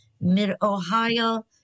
mid-Ohio